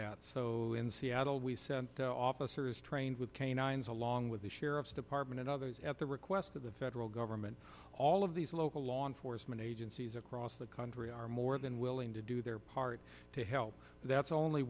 that so in seattle we sent officers trained with canines along with the sheriff's department and others at the request of the federal government all of these local law enforcement agencies across the country are more than willing to do their part to help that's